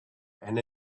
and